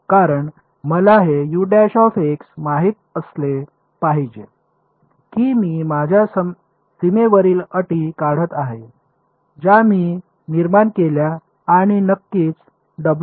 कारण मला हे माहित असले पाहिजे की मी माझ्या सीमेवरील अटी काढत आहे ज्या मी निर्माण केल्या आणि नक्कीच हे ज्ञात आहे